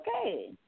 okay